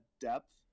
depth